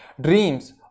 dreams